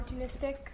opportunistic